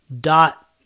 dot